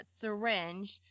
syringe